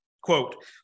Quote